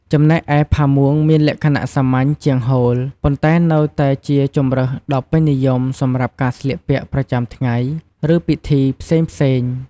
ចំណែកឯ ផាមួងមានលក្ខណៈសាមញ្ញជាងហូល ប៉ុន្តែនៅតែជាជម្រើសដ៏ពេញនិយមសម្រាប់ការស្លៀកពាក់ប្រចាំថ្ងៃ ឬពិធីផ្សេងៗ។